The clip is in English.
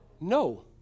No